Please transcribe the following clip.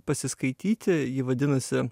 pasiskaityti ji vadinasi